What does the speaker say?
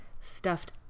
stuffed